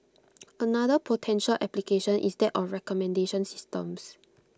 another potential application is that of recommendation systems